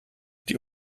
die